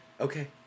okay